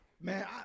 Man